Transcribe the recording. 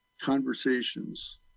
conversations